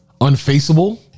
unfaceable